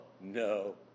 no